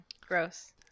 gross